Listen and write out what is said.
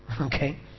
Okay